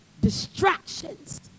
distractions